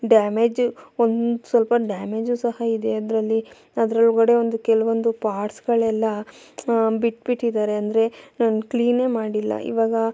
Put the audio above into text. damage ಒಂದು ಸ್ವಲ್ಪ damage ಸಹ ಇದೆ ಅದರಲ್ಲಿಅದರೊಳ್ಗಡೆ ಒಂದು ಕೆಲವೊಂದು ಪಾರ್ಟ್ಸ್ಗಳೆಲ್ಲ ಬಿಟ್ಬಿಟ್ಟಿದ್ದಾರೆ ಅಂದರೆ ಕ್ಲೀನೆ ಮಾಡಿಲ್ಲ ಇವಾಗ